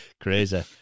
Crazy